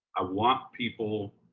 i want people